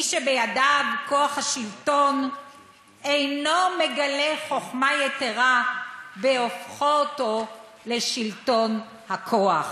"מי שבידיו כוח השלטון אינו מגלה חוכמה יתרה בהופכו אותו לשלטון הכוח.